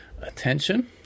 attention